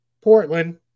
portland